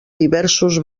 diversos